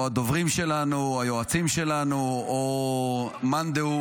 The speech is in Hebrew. או הדוברים שלנו, או היועצים שלנו, או מאן דהוא